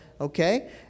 Okay